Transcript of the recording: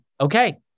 okay